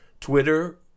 Twitter